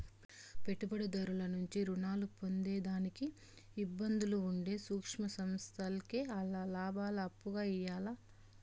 పెట్టుబడిదారుల నుంచి రుణాలు పొందేదానికి ఇబ్బందులు ఉంటే సూక్ష్మ సంస్థల్కి ఆల్ల లాబాలు అప్పుగా ఇయ్యాల్ల